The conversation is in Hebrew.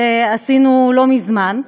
שעשינו לא מזמן.